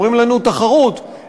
אומרים לנו: תחרות,